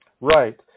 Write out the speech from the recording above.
Right